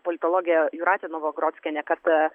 politologė jūratė novagrockienė kad